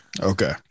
Okay